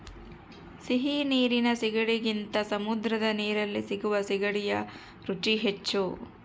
ಸಿಹಿ ನೀರಿನ ಸೀಗಡಿಗಿಂತ ಸಮುದ್ರದ ನೀರಲ್ಲಿ ಸಿಗುವ ಸೀಗಡಿಯ ರುಚಿ ಹೆಚ್ಚು